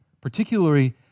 particularly